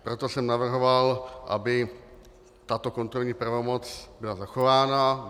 Proto jsem navrhoval, aby tato kontrolní pravomoc byla zachována.